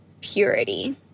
purity